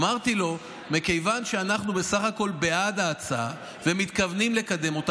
אמרתי לו שמכיוון שאנחנו בסך הכול בעד ההצעה ומתכוונים לקדם אותה,